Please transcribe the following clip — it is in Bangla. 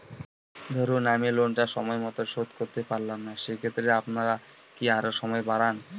ধরুন আমি লোনটা সময় মত শোধ করতে পারলাম না সেক্ষেত্রে আপনার কি আরো সময় বাড়ান?